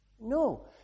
No